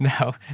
No